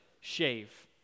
shave